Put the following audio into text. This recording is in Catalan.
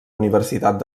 universitat